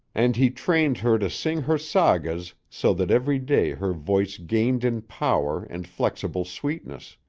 and he trained her to sing her sagas so that every day her voice gained in power and flexible sweetness.